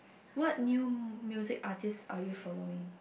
what new music artist are you following